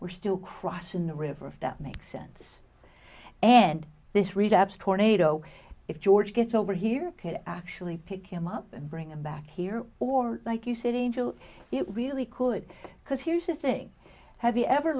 we're still crossing the river of that make sense and this relapse tornado if george gets over here can actually pick him up bring him back here or like you said in july it really could because here's the thing have you ever